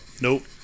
Nope